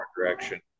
direction